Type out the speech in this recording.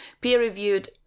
peer-reviewed